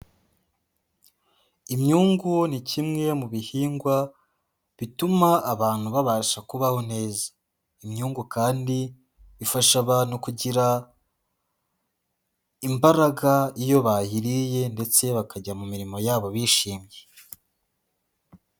Imyungu ni kimwe mu bihingwa bituma abantu babasha kubaho neza, imyungu kandi ifasha abantu kugira imbaraga iyo bayiriye ndetse bakajya mu mirimo yabo bishimye.